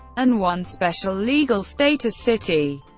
and one special legal status city.